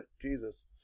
jesus